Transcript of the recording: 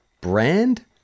brand